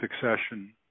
succession